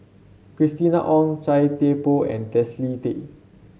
Christina Ong Chia Thye Poh and Leslie Tay